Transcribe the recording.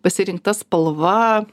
pasirinkta spalva